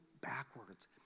backwards